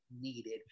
needed